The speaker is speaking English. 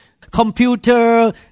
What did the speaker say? computer